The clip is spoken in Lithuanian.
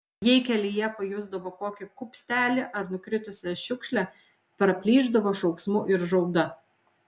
jei kelyje pajusdavo kokį kupstelį ar nukritusią šiukšlę praplyšdavo šauksmu ir rauda